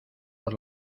por